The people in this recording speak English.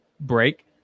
break